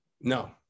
No